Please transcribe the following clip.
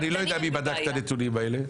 אני לא יודע מי בדק את הנתונים האלה.